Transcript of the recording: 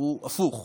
הוא הפוך,